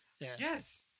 Yes